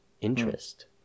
interest